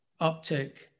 uptick